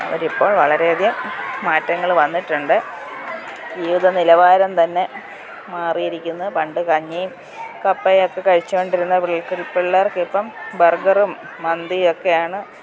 അവരിപ്പോൾ വളരെയധികം മാറ്റങ്ങൾ വന്നിട്ടുണ്ട് ജീവിത നിലവാരം തന്നെ മാറിയിരിക്കുന്നു പണ്ട് കഞ്ഞിയും കപ്പയൊക്കെ കഴിച്ചു കൊണ്ടിരുന്ന പിൾ പിള്ളേരൊക്കെ ഇപ്പം ബർഗറും മന്തിയൊക്കെയാണ്